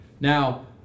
Now